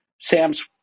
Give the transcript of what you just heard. Sam's